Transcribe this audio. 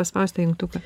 paspaust tą jungtuką